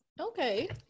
Okay